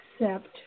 accept